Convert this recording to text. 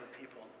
people